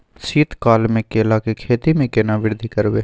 शीत काल मे केला के खेती में केना वृद्धि करबै?